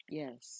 Yes